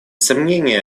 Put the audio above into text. сомнения